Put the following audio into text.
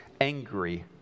angry